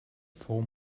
fou